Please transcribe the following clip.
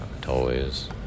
toys